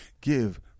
Give